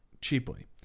cheaply